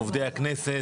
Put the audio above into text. עובדי הכנסת,